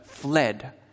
fled